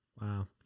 Wow